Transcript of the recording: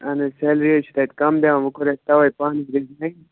اَہَن حظ سیلری حظ چھِ تَتہِ کَم دِوان وۅنۍ کوٚر اَسہِ تَوَے پانٕے رِزاین